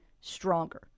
stronger